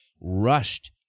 rushed